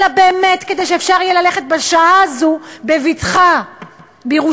אלא באמת כדי שאפשר יהיה ללכת בשעה הזאת בבטחה בירושלים,